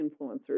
influencers